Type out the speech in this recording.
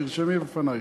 תרשמי בפנייך.